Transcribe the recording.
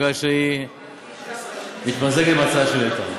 בגלל שהיא תתמזג עם ההצעה של איתן.